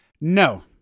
No